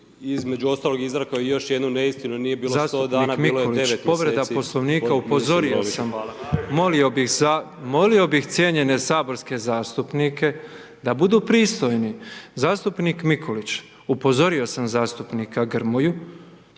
**Petrov, Božo (MOST)** Zastupnik Mikulić, povreda Poslovnika. Upozorio sam. Molio bih cijenjene saborske zastupnike da budu pristojni. Zastupnik Mikulić, upozorio sam zastupnika Grmoju,